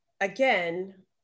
again